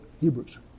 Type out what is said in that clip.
Hebrews